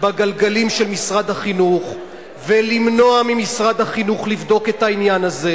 בגלגלים של משרד החינוך ולמנוע ממשרד החינוך לבדוק את העניין הזה.